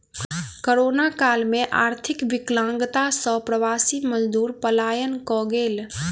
corona काल में आर्थिक विकलांगता सॅ प्रवासी मजदूर पलायन कय गेल